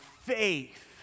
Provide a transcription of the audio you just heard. faith